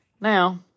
Now